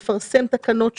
מפרסם תקנות שונות.